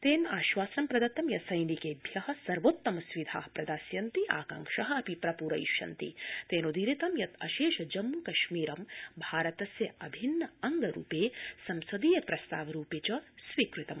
तेनाश्वासनं प्रदत्तं यत् सैनिकेभ्य सर्वोत्तम सुविधा प्रदास्यन्ति आकांक्षा अपि पूर्णरयिष्यन्ति तेनोदीरितं यत् अशेष जम्म् कश्मीरं भारतस्य अभिन्नांग रूपे संसदीय प्रदस्ताव रूपे च स्वीकृतम्